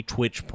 Twitch